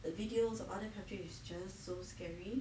the videos of other countries is just so scary